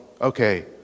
okay